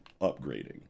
upgrading